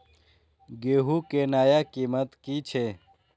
गेहूं के नया कीमत की छे?